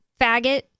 faggot